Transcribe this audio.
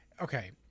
okay